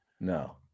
No